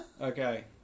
Okay